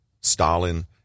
Stalin